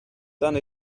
done